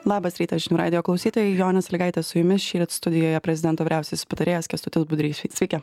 labas rytas žinių radijo klausytojai jonė salygaitė su jumis šįryt studijoje prezidento vyriausiasis patarėjas kęstutis budrys sveiki